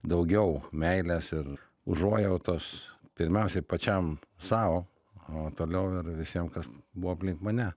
daugiau meilės ir užuojautos pirmiausiai pačiam sau o toliau ir visiem kas buvo aplink mane